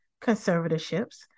conservatorships